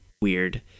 weird